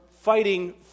fighting